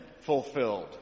fulfilled